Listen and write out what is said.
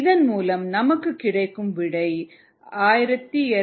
இதன் மூலம் நமக்கு கிடைக்கும் விடை 1286